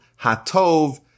Hatov